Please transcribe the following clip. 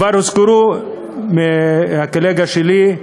כבר הזכיר הקולגה שלי,